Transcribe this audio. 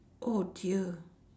oh dear